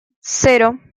cero